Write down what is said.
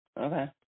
Okay